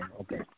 okay